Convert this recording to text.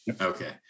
Okay